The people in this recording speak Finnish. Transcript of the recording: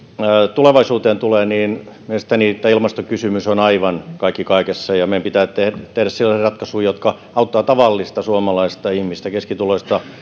tulevaisuuteen tulee niin mielestäni tämä ilmastokysymys on aivan kaikki kaikessa ja meidän pitää tehdä tehdä sellaisia ratkaisuja jotka auttavat tavallista suomalaista keskituloista